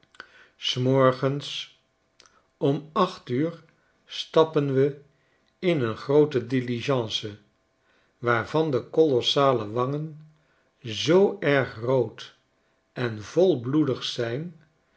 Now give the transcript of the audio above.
s morgens om acht uur stappen we in een groote diligence waarvan de kolossale wangen zoo erg rood en volbloedig zijn